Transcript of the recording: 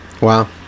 Wow